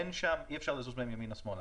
אי אפשר לזוז מהם ימינה ושמאלה.